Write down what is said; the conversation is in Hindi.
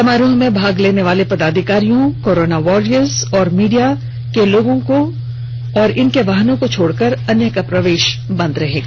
समारोह में भाग लेने वाले पदाधिकारियों कोरोना वारियर्स और मीडिया वालों के वाहनों को छोड़कर अन्य का प्रवेश बंद रहेगा